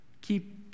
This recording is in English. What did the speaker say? keep